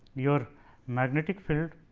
your magnetic field